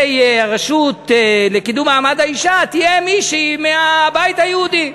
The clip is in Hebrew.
הרשות לקידום מעמד האישה תהיה מישהי מהבית היהודי.